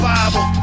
Bible